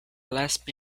last